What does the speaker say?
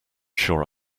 sure